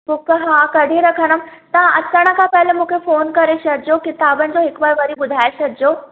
book हा कढी रखंदमि तव्हां अचण खां पहिले मूंखे फ़ोन करे छॾजो किताबनि जो हिक बार वरी ॿुधाए छॾजो